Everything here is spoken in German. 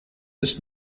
ist